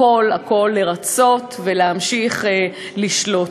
הכול כדי לרצות ולהמשיך לשלוט.